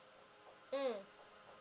mm